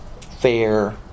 fair